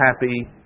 happy